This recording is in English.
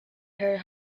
her